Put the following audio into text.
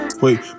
Wait